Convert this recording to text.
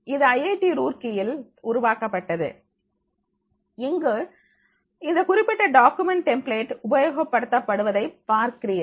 இது ஐஐடி ரூர்கிஇல் உருவாக்கப்பட்டது மற்றும் இங்கு இந்த குறிப்பிட்ட டாக்குமெண்ட் டெம்ப்ளேட் உபயோகப்படுத்த படுவதை பார்க்கிறீர்கள்